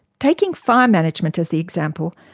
taking fire management as the example,